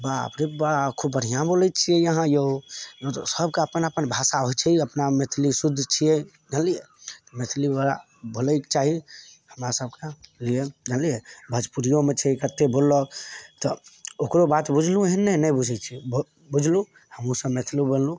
बाप रे बाप खूब बढ़िआँ बोलैत छियै अहाँ यौ सबके अपन अपन भाषा होइत छै अपना मैथिली शुद्ध छियै जनलिए मैथिली बड़ा बोलैके चाही हमरा सबके लिए जनलिए भजपुरियोमे छै कतेक बोललक तऽ ओकरो बात बुझलहुँ एहन नहि ने बूझैत छियै बुझलहुँ हमहुँ सब मैथिली बोललहुँ